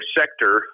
sector